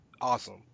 awesome